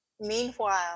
Meanwhile